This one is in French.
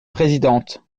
présidente